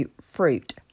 fruit